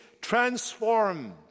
transformed